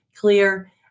clear